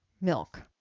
milk